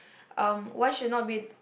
um one should not be